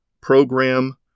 program